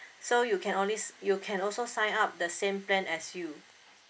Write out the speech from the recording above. so you can only you can also sign up the same plan as you